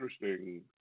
interesting